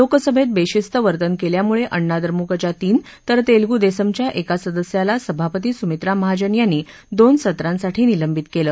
लोकसभेत बेशिस्त वर्तन केल्यामुळे अण्णा द्रमुकच्या तीन तर तेलगू देसमच्या एका सदस्याला सभापती सुमित्रा महाजन यांनी आज दोन सत्रांसाठी निलंबित केलं